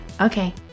Okay